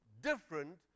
different